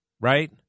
right